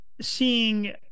seeing